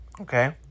Okay